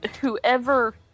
Whoever